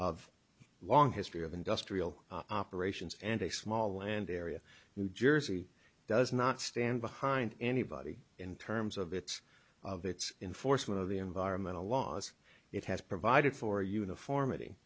of long history of industrial operations and a small land area new jersey does not stand behind anybody in terms of its of its in force one of the environmental laws it has provided for uniformity